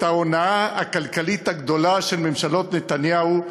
ההונאה הכלכלית הגדולה של ממשלות נתניהו,